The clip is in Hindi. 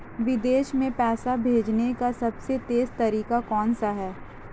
विदेश में पैसा भेजने का सबसे तेज़ तरीका कौनसा है?